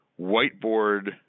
whiteboard